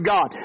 God